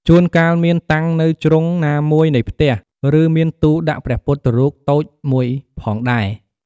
ជួនកាលមានតាំងនៅជ្រុងណាមួយនៃផ្ទះ ឬមានទូដាក់ព្រះពុទ្ធរូបតូចមួយផងដែរ។